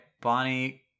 Bonnie